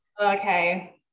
okay